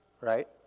right